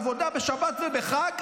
עבודה בשבת ובחג,